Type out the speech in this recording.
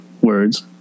words